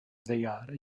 ddaear